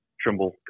Trimble